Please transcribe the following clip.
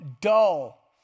dull